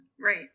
Right